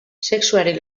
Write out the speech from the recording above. sexuari